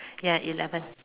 ya eleven